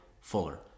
Fuller